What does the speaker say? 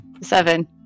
Seven